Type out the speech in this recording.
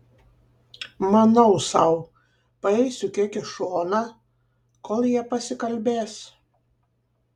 manau sau paeisiu kiek į šoną kol jie pasikalbės